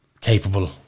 capable